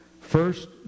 First